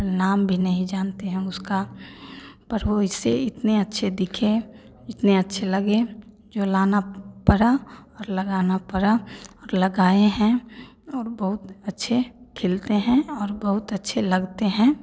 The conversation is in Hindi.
नाम भी नहीं जानते हम उसका पर वो इससे इतने अच्छे दिखे इतने अच्छे लगे जो लाना पड़ा और लगाना पड़ा और लगाए हैं और बहुत अच्छे खिलते हैं और बहुत अच्छे लगते हैं